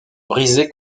briser